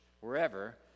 wherever